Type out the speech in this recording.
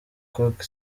coke